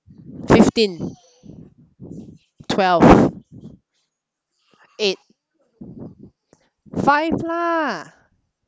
fifteen twelve eight five lah